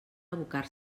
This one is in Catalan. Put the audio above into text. abocar